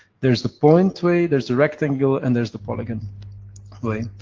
there is the point way, there is the rectangular, and there is the polygon way.